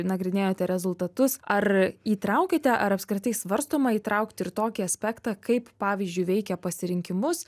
nagrinėjote rezultatus ar įtraukėte ar apskritai svarstoma įtraukti ir tokį aspektą kaip pavyzdžiui veikia pasirinkimus